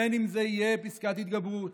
בין שזה יהיה פסקת התגברות,